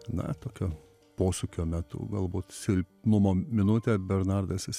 na tokio posūkio metu galbūt silpnumo minutę